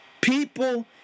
people